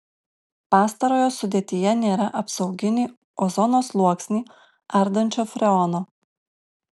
pastarojo sudėtyje nėra apsauginį ozono sluoksnį ardančio freono